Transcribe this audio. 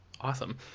Awesome